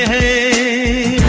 a